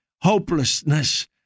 hopelessness